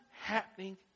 happening